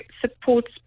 supports